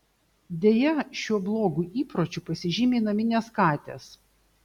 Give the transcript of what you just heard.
deja šiuo blogu įpročiu pasižymi naminės katės